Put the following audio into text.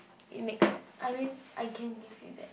it makes a I mean I can give you that